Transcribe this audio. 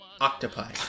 Octopi